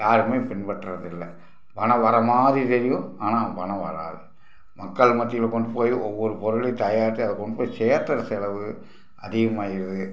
யாருமே பின்பற்றதில்லை பணம் வர மாதிரி தெரியும் ஆனால் பணம் வராது மக்கள் மத்தியில் கொண்டு போய் ஒவ்வொரு பொருளையும் தயாரித்து அதை கொண்டு போய் சேர்க்கற செலவு அதிகமாயிடுது